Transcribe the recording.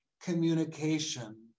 communication